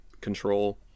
control